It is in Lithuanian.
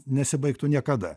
nesibaigtų niekada